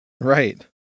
Right